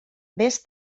vés